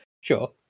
sure